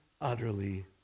utterly